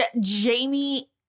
Jamie